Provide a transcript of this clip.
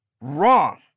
Wrong